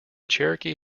cherokee